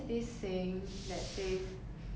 都喜欢想象自己是好人